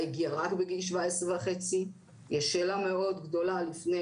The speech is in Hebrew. והגיע הזמן ואני מזמינה את כולם להצטרף לכל